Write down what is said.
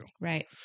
Right